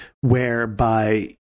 whereby